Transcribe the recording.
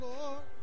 Lord